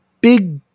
big